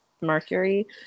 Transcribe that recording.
Mercury